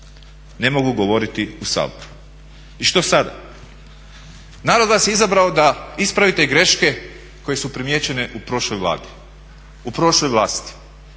Ne mogu govoriti u Saboru. I što sada? Narod vas je izabrao da ispravite greške koje su primijećene u prošloj Vladi, u prošloj vlasti.